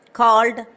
called